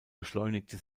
beschleunigte